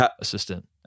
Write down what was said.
assistant